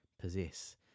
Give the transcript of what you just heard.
possess